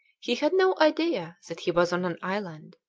he had no idea that he was on an island.